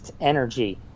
energy